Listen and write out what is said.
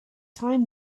time